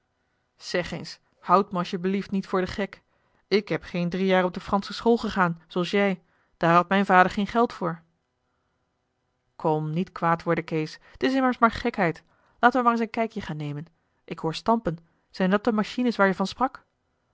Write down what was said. zeg eens houd me als t je belieft niet voor den gek ik heb geen drie jaar op de fransche school gegaan zooals jij daar had mijn vader geen geld voor kom niet kwaad worden kees t is immers maar gekheid laten we maar eens een kijkje gaan nemen ik hoor stampen zijn dat de machines waar je van sprak